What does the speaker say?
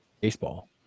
baseball